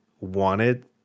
wanted